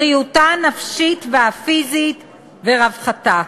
בריאותה הנפשית והפיזית ורווחתה.